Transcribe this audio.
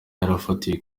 yarafatiwe